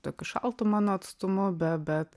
tokiu šaltu mano atstumu be be